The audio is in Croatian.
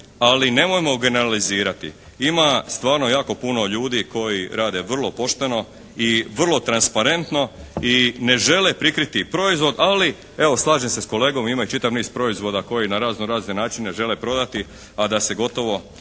ali nemojmo generalizirati. Ima stvarno jako puno ljudi koji rade vrlo pošteno i vrlo transparentno i ne žele prikriti proizvod. Ali evo, slažem se s kolegom ima i čitav niz proizvoda koje na razno razne načine žele prodati a da se gotovo